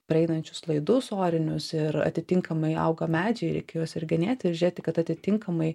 praeinančius laidus orinius ir atitinkamai auga medžiai reikia juos ir genėti ir žėti kad atitinkamai